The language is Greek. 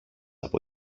από